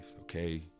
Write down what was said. okay